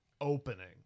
opening